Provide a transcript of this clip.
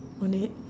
on it